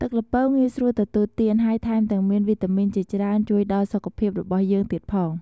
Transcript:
ទឹកល្ពៅ ងាយស្រួលទទួលទាន ហើយថែមទាំងមានវីតាមីនជាច្រើនជួយដល់សុខភាពរបស់យើងទៀតផង។